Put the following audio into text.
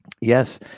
Yes